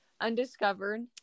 Undiscovered